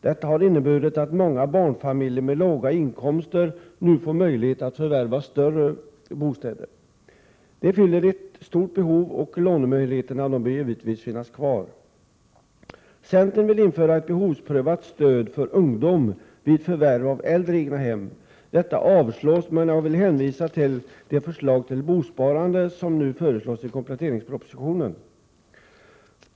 Detta har inneburit att många barnfamiljer med låga inkomster har fått möjlighet att förvärva större bostäder, och dessa lånemöjligheter bör givetvis finnas kvar. Centern vill införa ett behovsprövat stöd till ungdom vid förvärv av äldre egnahem. Detta avstyrks av utskottet, men jag vill hänvisa till det förslag till bosparande som nu finns i kompletteringspropositionen.